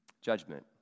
Judgment